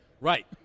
Right